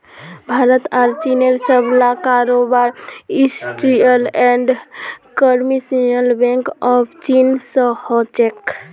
भारत आर चीनेर सबला कारोबार industrial and commercial bank of चीन स हो छेक